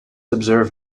observe